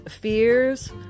fears